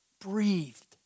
Breathed